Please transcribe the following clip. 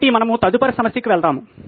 కాబట్టి మనము తదుపరి సమస్యకు వెళ్తాము